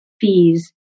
fees